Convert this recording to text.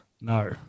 No